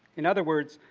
in other words,